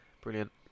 brilliant